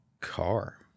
Car